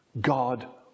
God